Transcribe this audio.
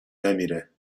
نمیره